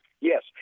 Yes